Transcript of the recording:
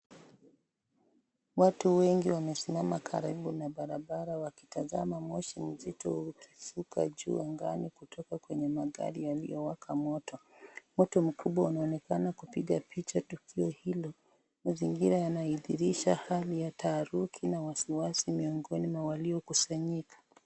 Watu wengi wamesimama karibu na barabara wakitazama moshi mzito, ukirefuka juu angani kutoka kwenye manthari yaliyo waka moto, umati mkubwa unaonekana kupiga picha hio, yanathihirisha hali ya taharuki na wasi wasi miongoni mwa walio kusanyika.